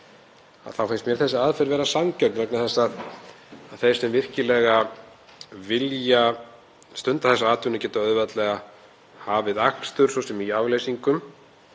þá finnst mér þessi aðferð vera sanngjörn vegna þess að þeir sem virkilega vilja stunda þessa atvinnu geta auðveldlega hafið akstur, svo sem í afleysingum.